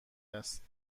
است